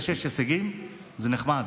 זה שיש הישגים, זה נחמד.